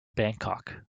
bangkok